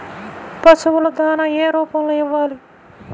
పశువుల దాణా ఏ రూపంలో ఇవ్వాలి?